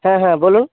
হ্যাঁ হ্যাঁ বলুন